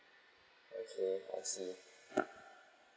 okay I see